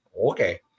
Okay